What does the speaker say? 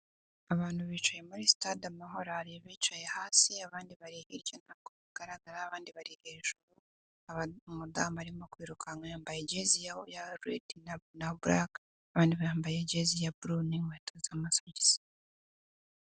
Abantu bicaye muri sitade Amahoro hari abicaye hasi abandi bari hirya ntabwo bigaragara abandi bari hejuru, umudamu arimo kwirukanka yambaye jezi ya redi na buraka, abandi bambaye jezi ya buru n'inkweto n'amasogisi.